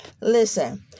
Listen